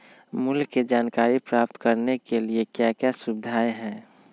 मूल्य के जानकारी प्राप्त करने के लिए क्या क्या सुविधाएं है?